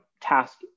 task